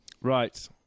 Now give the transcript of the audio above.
Right